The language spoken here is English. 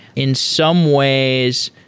in some ways,